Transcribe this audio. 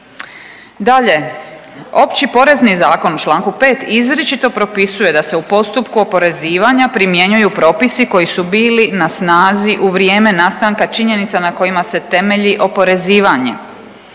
Dalje, Opći porezni zakon u čl. 5. izričito propisuje da se u postupku oporezivanja primjenjuju propisi koji su bili na snazi u vrijeme nastanka činjenica na kojima se temelji oporezivanje.